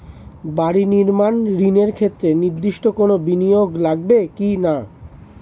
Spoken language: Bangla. বাড়ি নির্মাণ ঋণের ক্ষেত্রে নির্দিষ্ট কোনো বিনিয়োগ লাগবে কি না?